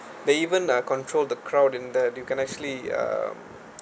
they even uh control the crowd in there you can actually uh